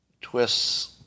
twists